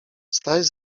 staś